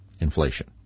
inflation